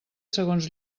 segons